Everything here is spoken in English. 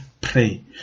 pray